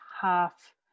half